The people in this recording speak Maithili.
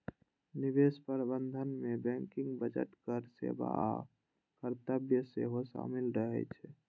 निवेश प्रबंधन मे बैंकिंग, बजट, कर सेवा आ कर्तव्य सेहो शामिल रहे छै